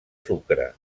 sucre